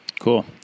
Cool